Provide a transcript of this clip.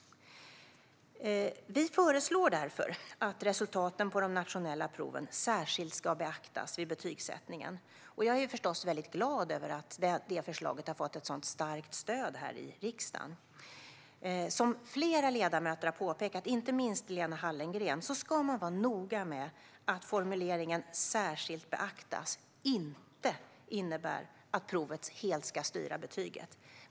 Vi föreslår att resultaten på de nationella proven särskilt ska beaktas vid betygsättningen. Jag är förstås väldigt glad över att det förslaget har fått ett sådant starkt stöd här i riksdagen. Som flera ledamöter, inte minst Lena Hallengren, har påpekat ska man vara noga med att formuleringen "särskilt beaktas" inte innebär att provet ska styra betyget helt.